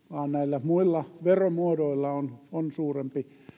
vaan näillä muilla veromuodoilla on on suurempi